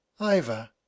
Iva